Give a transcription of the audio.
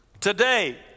Today